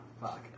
Fuck